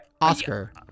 Oscar